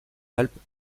alpes